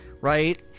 right